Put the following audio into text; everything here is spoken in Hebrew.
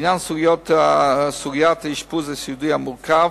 לעניין סוגיית האשפוז הסיעודי המורכב,